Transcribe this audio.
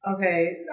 Okay